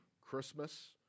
Christmas